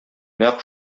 нәкъ